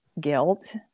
guilt